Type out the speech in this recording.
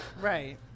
right